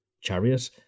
chariot